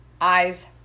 eyes